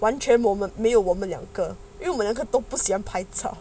完全我们没有我们两个的因为我们都不喜欢拍照